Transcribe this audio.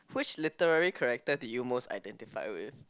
which literary character did you most identify with